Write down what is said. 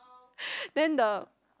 then the